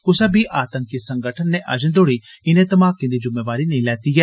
क्सै बी आतंकी संगठन ने अजे तोड़ी इनें धमाके दी जुम्मेवारी नेंई लैती ऐ